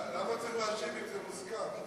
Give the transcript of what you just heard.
למה צריך להשיב אם זה מוסכם?